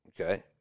okay